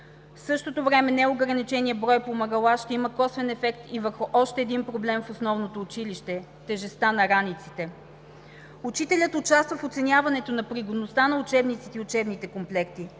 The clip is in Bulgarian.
В същото време неограниченият брой помагала ще има косвен ефект и върху още един проблем в основното училище – тежестта на раниците. Учителят участва в оценяването на пригодността на учебниците и учебните комплекти.